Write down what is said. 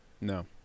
no